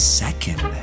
second